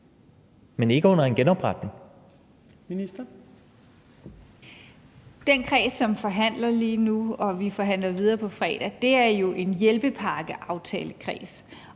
Kulturministeren (Joy Mogensen): Den kreds, som forhandler lige nu – og vi forhandler videre på fredag – er jo en hjælpepakkeaftalekreds.